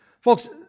Folks